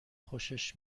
خوشش